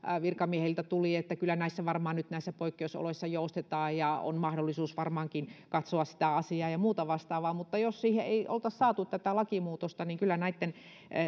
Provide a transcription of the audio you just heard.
virkamiehiltä tuli että kyllä näissä poikkeusoloissa varmaan joustetaan ja on mahdollisuus varmaankin katsoa asiaa ja muuta vastaavaa niin jos siihen ei oltaisi saatu tätä lakimuutosta kyllä näitten